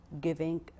giving